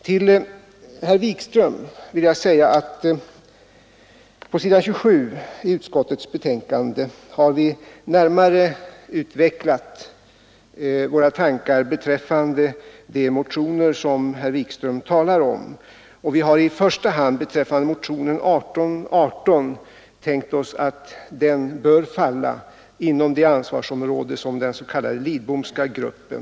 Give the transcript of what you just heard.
Till herr Wikström vill jag säga att på s. 27 i utskottets betänkande har vi närmare utvecklat våra tankar beträffande de motioner som herr Wikström talade om. Vi har i första hand beträffande motionen 1818 ansett att den bör falla inom ansvarsområdet för den s.k. Lidbomska gruppen.